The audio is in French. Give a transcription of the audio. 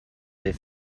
des